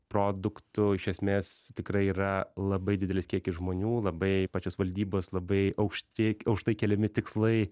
produktų iš esmės tikrai yra labai didelis kiekis žmonių labai pačios valdybos labai aukšti aukštai keliami tikslai